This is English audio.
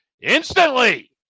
instantly